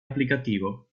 applicativo